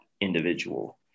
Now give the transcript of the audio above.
individual